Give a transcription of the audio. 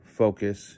focus